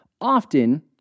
often